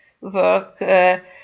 work